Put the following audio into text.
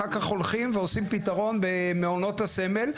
אחר-כך הולכים ועושים פתרון במעונות הסמל.